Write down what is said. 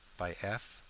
by f.